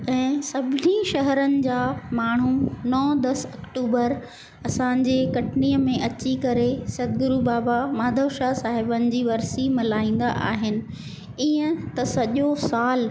ऐं सभिनी शहरुनि जा माण्हू नौ दस अक्टूबर असांजे कटनीअ में अची करे सतगुरू बाबा माधव शाह साहिबनि जी वर्सी मल्हाईंदा आहिनि ईअं त सॼो सालु